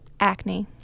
Acne